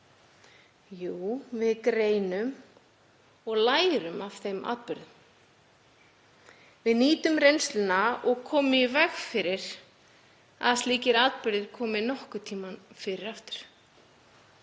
Jú, við greinum og lærum af þeim atburðum. Við nýtum reynsluna og komum í veg fyrir að slíkir atburðir komi nokkurn tímann fyrir.